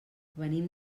venim